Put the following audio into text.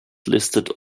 listed